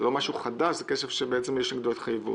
זה לא משהו חדש, זה כסף שיש נגדו התחייבות.